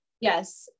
Yes